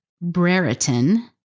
Brereton